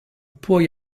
poi